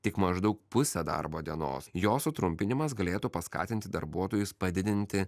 tik maždaug pusę darbo dienos jos sutrumpinimas galėtų paskatinti darbuotojus padidinti